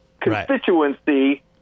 constituency